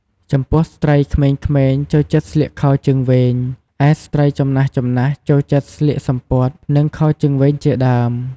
ចំពោះស្រ្ដីក្មេងៗចូលចិត្តស្លៀកខោជើងវែង ឯស្រ្តីចំណាស់ៗចូលចិត្តស្លៀកសំពត់ និងខោជើងវែងជាដើម។